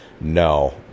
no